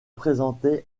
présentait